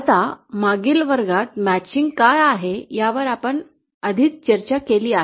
आता मागील वर्गात जुळवणी काय आहे यावर आपण आधीच चर्चा केली आहे